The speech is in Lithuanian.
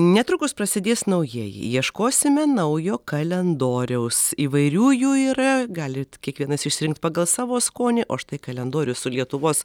netrukus prasidės naujieji ieškosime naujo kalendoriaus įvairių jų yra galit kiekvienas išsirinkt pagal savo skonį o štai kalendorius su lietuvos